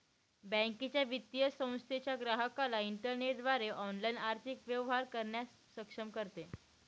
बँकेच्या, वित्तीय संस्थेच्या ग्राहकाला इंटरनेटद्वारे ऑनलाइन आर्थिक व्यवहार करण्यास सक्षम करते